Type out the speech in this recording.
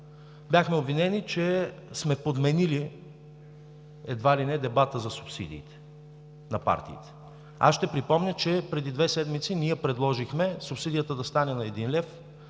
бяхме обвинени, че сме подменили едва ли не дебата за субсидията на партиите. Ще припомня, че преди две седмици ние предложихме субсидията да стане един лев,